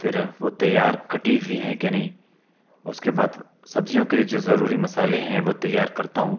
پھر وہ تیار کٹی ہوئی ہیں کہ نہیں اس کے بعد سبزیوں کے لیے جو ضروری مصالحے ہیں وہ تیار کرتا ہوں